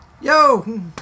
Yo